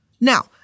Now